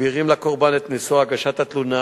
מסבירים לקורבן את נושא הגשת התלונה,